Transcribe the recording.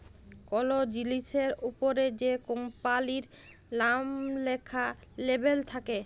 call জিলিসের অপরে যে কম্পালির লাম ল্যাখা লেবেল থাক্যে